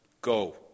Go